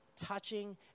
touching